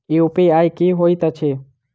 UPI की होइत अछि